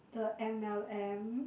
the m_l_m